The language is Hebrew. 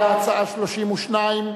בעד ההצעה, 32,